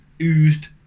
oozed